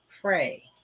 Pray